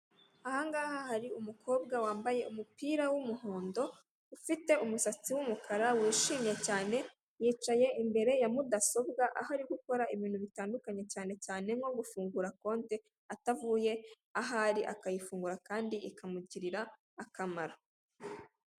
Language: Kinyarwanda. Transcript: Ahangaha hari umukobwa wambaye umupira w'umuhondo ufite umusatsi w'umukara wishimye cyane yicaye imbere ya mudasobwa aho ari gukora ibintu bitandukanye cyane cyane nko gufungura konte atavuye aho ari akayifungura kandi ikamugirira akamaro